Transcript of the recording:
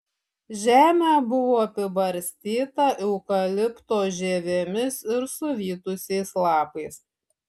žemė buvo apibarstyta eukalipto žievėmis ir suvytusiais lapais